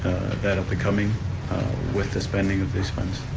that'll be coming with the spending of these funds.